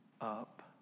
up